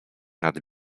nad